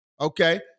Okay